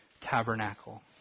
tabernacle